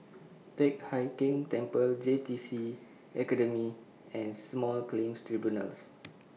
Teck Hai Keng Temple J T C Academy and Small Claims Tribunals